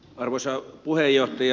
arvoisa puheenjohtaja